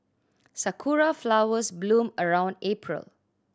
sakura flowers bloom around April